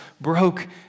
broke